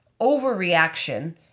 overreaction